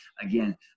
again